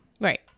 Right